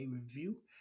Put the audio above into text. review